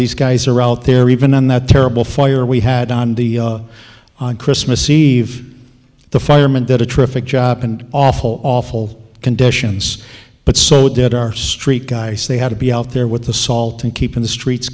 these guys are out there even on that terrible fire we had on the christmas eve the firemen that a terrific job and awful awful conditions but so did our street guys they had to be out there with the salt and keeping the streets